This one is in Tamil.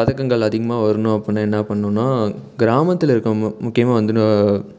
பதக்கங்கள் அதிகமாக வரணும் அப்புடின்னா என்ன பண்ணணுன்னால் கிராமத்தில் இருக்க முக்கியமாக வந்து